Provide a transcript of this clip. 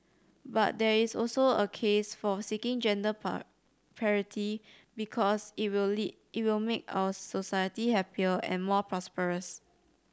but there is also a case for seeking gender part parity because it will it will make our society happier and more prosperous